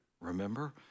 remember